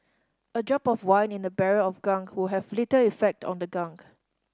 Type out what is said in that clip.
a drop of wine in a barrel of gunk will have little effect on the gunk